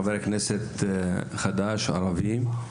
חבר כנסת חדש ערבי,